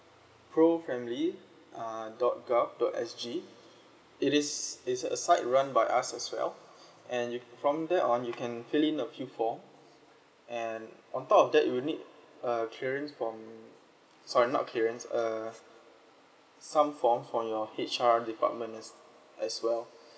profamilyleave uh dot gov dot S_G it is it's a site run by us as well and you from there on you can fill in a few forms and on top of that you'll need a clearance from sorry not clearance uh some forms from your H_R department as as well